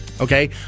okay